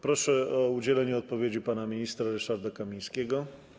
Proszę o udzielenie odpowiedzi pana ministra Ryszarda Kamińskiego.